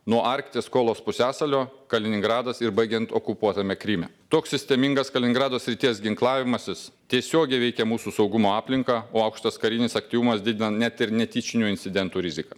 nuo arkties kolos pusiasalio kaliningradas ir baigiant okupuotame kryme toks sistemingas kaliningrado srities ginklavimasis tiesiogiai veikia mūsų saugumo aplinką o aukštas karinis aktyvumas didina net ir netyčinių incidentų riziką